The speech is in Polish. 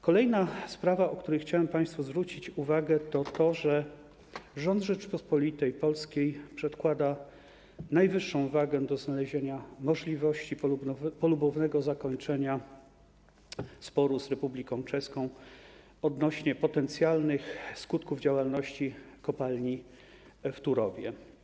Kolejna sprawa, na którą chciałem państwu zwrócić uwagę, to to, że rząd Rzeczypospolitej Polskiej przywiązuje najwyższą wagę do znalezienia możliwości polubownego zakończenia sporu z Republiką Czeską odnośnie do potencjalnych skutków działalności kopalni w Turowie.